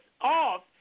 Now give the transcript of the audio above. off